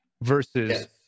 versus